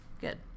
good